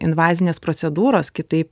invazinės procedūros kitaip